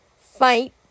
fight